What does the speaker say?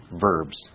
verbs